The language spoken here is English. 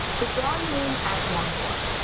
the drawing-room at longbourn.